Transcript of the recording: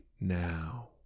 now